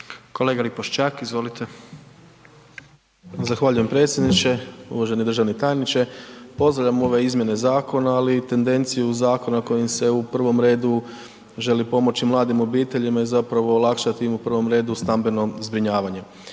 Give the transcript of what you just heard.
Tomislav (HDZ)** Zahvaljujem predsjedniče, uvaženi državni tajniče. Pozdravljam ove izmjene zakon ali i tendenciju zakona kojim se u prvom redu želi pomoći mladim obiteljima i zapravo olakšati im u prvom redu stambeno zbrinjavanje.